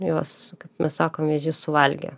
jos kaip mes sakome suvalgė